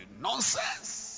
nonsense